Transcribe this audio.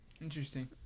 interesting